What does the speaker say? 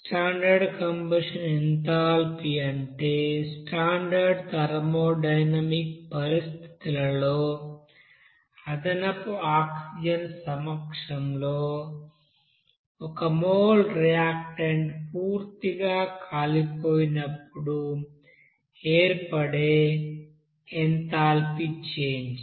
standard combustion enthalpy అంటే standard thermodynamic పరిస్థితులలో అదనపు ఆక్సిజన్ సమక్షంలో 1 మోల్ రియాక్టెంట్ పూర్తిగా కాలిపోయినప్పుడు ఏర్పడే ఎంథాపి చేంజ్